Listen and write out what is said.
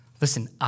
Listen